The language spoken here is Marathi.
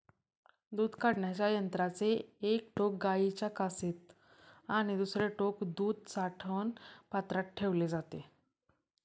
दूध काढण्याच्या यंत्राचे एक टोक गाईच्या कासेत आणि दुसरे टोक दूध साठवण पात्रात ठेवले जाते